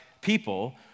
people